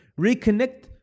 reconnect